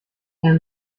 and